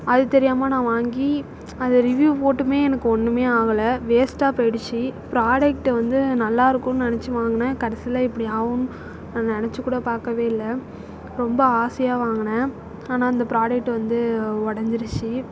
அது தெரியாமல் நான் வாங்கி அது ரிவியூவ் போட்டுமே எனக்கு ஒண்ணுமே ஆகலை வேஸ்ட்டாக போயிடுச்சு ப்ராடக்ட் வந்து நல்லாயிருக்கும்னு நினச்சி வாங்குனேன் கடைசியில் இப்படி ஆகுனு நான் நினச்சு கூட பார்க்கவே இல்லை ரொம்ப ஆசையாக வாங்குனேன் ஆனால் அந்த ப்ராடக்ட் வந்து உடஞ்சிருச்சி